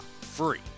Free